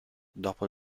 dopo